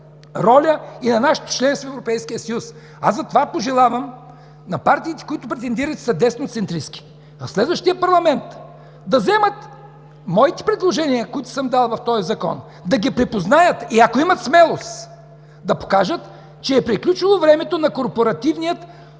роля и на нашето членство в Европейския съюз. Затова пожелавам на партиите, които претендират, че са десноцентристки, в следващия парламент да вземат моите предложения, които съм дал в този Закон, да ги припознаят и ако имат смелост, да покажат, че е приключило времето на корпоративния